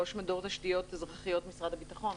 ראש מדור תשתיות אזרחיות במשרד הביטחון.